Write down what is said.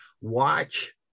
watch